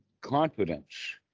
confidence